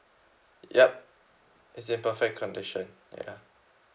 yup it's in perfect condition ya